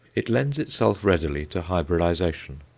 it lends itself readily to hybridization.